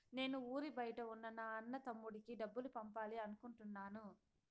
నేను ఊరి బయట ఉన్న నా అన్న, తమ్ముడికి డబ్బులు పంపాలి అనుకుంటున్నాను